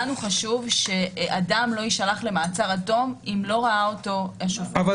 לנו חשוב שאדם לא יישלח למעצר עד תום אם לא ראה אותו השופט.